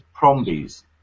prombies